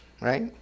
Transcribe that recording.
Right